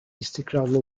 istikrarlı